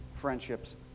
friendships